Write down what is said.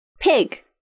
Pig